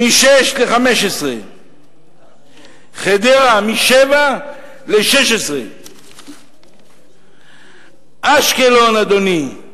מ-6% ל-15%; חדרה, מ-7% ל-16%; אשקלון, אדוני,